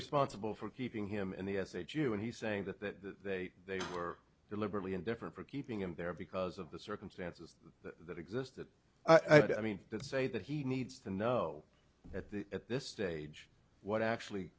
responsible for keeping him in the as a jew and he's saying that they were deliberately indifferent for keeping him there because of the circumstances that exist that i mean to say that he needs to know at the at this stage what actually